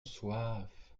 soif